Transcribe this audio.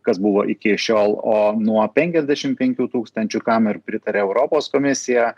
kas buvo iki šiol o nuo penkiasdešim penkių tūkstančių kam ir pritarė europos komisija